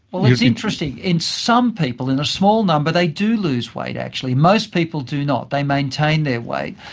well, it's interesting, in some people, in a small number they do lose weight actually. most people do not, they maintained their weight,